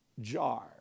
jar